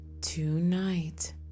Tonight